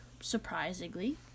surprisingly